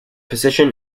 position